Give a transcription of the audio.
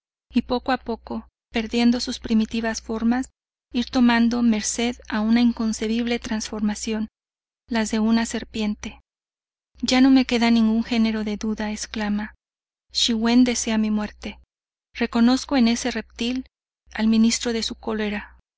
y poco a poco perdiendo sus primitivas formas ir tomando merced a una inconcebible transformación las de una serpiente ya no me queda ningún genero de duda exclama schiwen desea mi muerte reconozco en ese reptil al ministro de su cólera